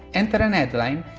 enter an headline,